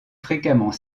fréquemment